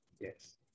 yes